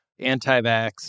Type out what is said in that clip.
anti-vax